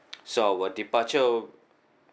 so our departure